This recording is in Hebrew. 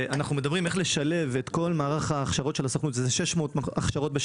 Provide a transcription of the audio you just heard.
ואנחנו מדברים על איך ניתן לשלב במודל הזה,